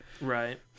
Right